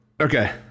Okay